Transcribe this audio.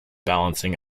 balancing